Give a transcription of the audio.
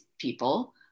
people